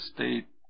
State